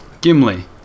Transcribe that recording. Gimli